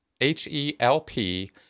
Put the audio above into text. H-E-L-P